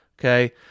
Okay